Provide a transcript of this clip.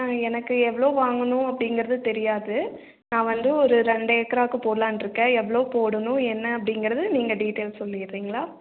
எனக்கு எவ்வளோ வாங்கணும் அப்படிங்கறது தெரியாது நான் வந்து ஒரு ரெண்டேக்கராக்கு போட்லான்ட்டுருக்கேன் எவ்வளோ போடணும் என்ன அப்படிங்கறது நீங்கள் டீட்டைல்ஸ் சொல்லிட்றீங்களா